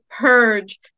purge